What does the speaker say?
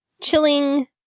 chilling